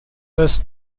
was